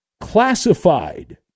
classified